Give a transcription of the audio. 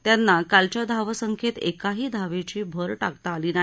त्यांना कालच्या धावसंख्येत एकाही धावेची भर टाकता आली नाही